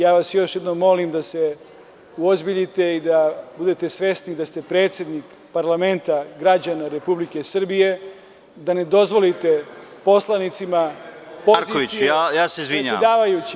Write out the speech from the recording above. Ja vas još jednom molim da se uozbiljite i da budete svesni da ste predsednik parlamenta građana Republike Srbije, da ne dozvolite poslanicima pozicije, predsedavajući.